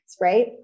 right